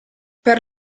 per